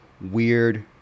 weird